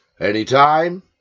anytime